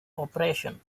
operation